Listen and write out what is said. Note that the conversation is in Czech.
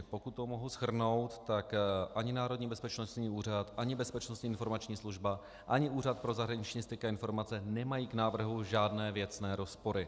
Pokud to mohu shrnout, tak ani Národní bezpečnostní úřad ani Bezpečnostní informační služba ani Úřad pro zahraniční styky a informace nemají k návrhu žádné věcné rozpory.